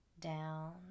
down